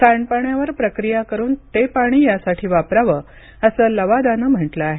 सांडपाण्यावर प्रक्रिया करुन ते पाणी यासाठी वापरावं असं लवादानं म्हटलं हे